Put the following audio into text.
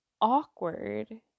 awkward